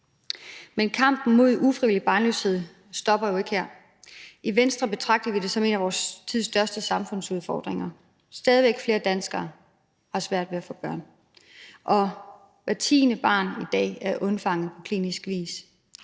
Men kampen mod ufrivillig barnløshed stopper jo ikke her. I Venstre betragter vi det som en af vores tids største samfundsudfordringer. Stadig flere danskere har svært ved at få børn, og hvert 10. barn i dag er undfanget på klinisk vis.